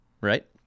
Right